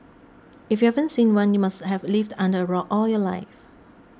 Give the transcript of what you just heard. if you haven't seen one you must have lived under a rock all your life